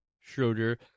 Schroeder